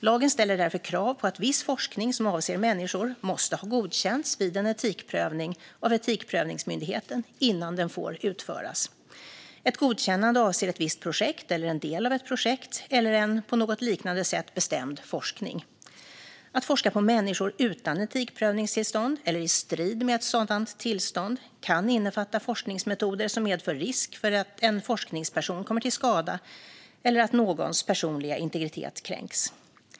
Lagen ställer därför krav på att viss forskning som avser människor måste ha godkänts vid en etikprövning av Etikprövningsmyndigheten innan den får utföras. Ett godkännande avser ett visst projekt eller en del av ett projekt eller en på något liknande sätt bestämd forskning. Att forska på människor utan etikprövningstillstånd, eller i strid med ett sådant tillstånd, kan innefatta forskningsmetoder som medför risk för att en forskningsperson kommer till skada eller att någons personliga integritet kränks.